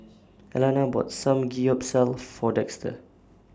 Elana bought Samgyeopsal For Dexter